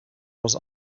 was